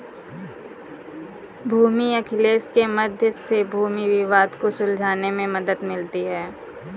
भूमि अभिलेख के मध्य से भूमि विवाद को सुलझाने में मदद मिलती है